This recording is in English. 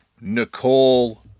Nicole